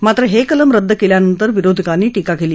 मात्र हे कलम रद्द केल्यानंतर विरोधकांनी टीका केली